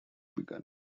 begun